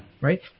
right